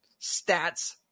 stats